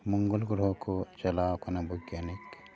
ᱢᱚᱝᱜᱚᱞ ᱜᱚᱨᱦᱚ ᱠᱚ ᱪᱟᱞᱟᱣ ᱟᱠᱟᱱᱟ ᱵᱳᱜᱽᱜᱟᱱᱤᱠ